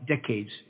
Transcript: decades